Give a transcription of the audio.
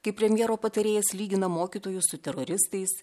kai premjero patarėjas lygina mokytojus su teroristais